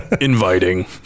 inviting